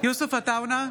יוסף עטאונה,